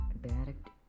direct